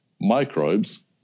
microbes